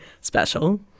special